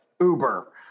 Uber